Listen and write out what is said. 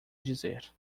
dizer